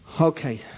Okay